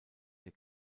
der